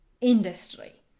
industry